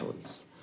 choice